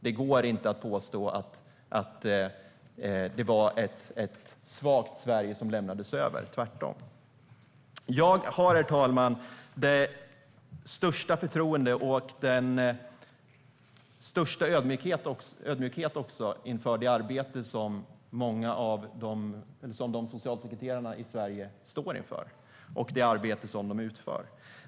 Det går inte att påstå att det var ett svagt Sverige som lämnades över, tvärtom. Jag har, herr talman, det största förtroende för och känner den största ödmjukhet inför det arbete som socialsekreterarna i Sverige utför och det arbete de står inför.